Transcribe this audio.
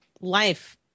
life